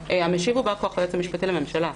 המשיב הוא בא כוח היועץ המשפטי לממשלה,